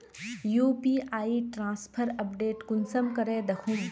UPI transfer update कुंसम करे दखुम?